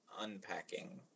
unpacking